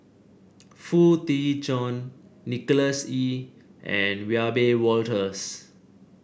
Foo Tee Jun Nicholas Ee and Wiebe Wolters